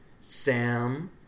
Sam